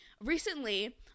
recently